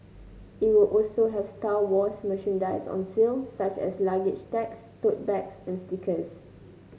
it will also have Star Wars merchandise on sale such as luggage tags tote bags and stickers